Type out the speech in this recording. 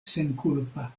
senkulpa